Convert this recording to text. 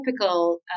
typical